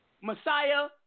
Messiah